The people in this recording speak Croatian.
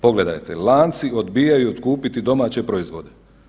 Pogledajte, lanci odbijaju otkupiti domaće proizvode.